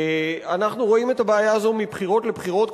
אנחנו רואים את הבעיה הזאת מבחירות לבחירות,